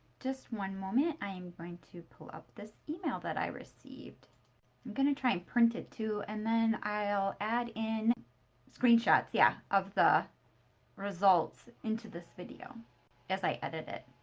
just one moment. i am going to pull up this email that i received. i'm going to try and print it, too, and then i'll add in screen shots, yeah, of the results into this video as i edit it.